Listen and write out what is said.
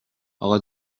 اقا